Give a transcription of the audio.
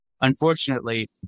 Unfortunately